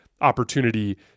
opportunity